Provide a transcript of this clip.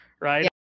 right